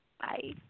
Bye